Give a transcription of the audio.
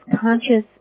conscious